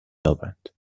یابند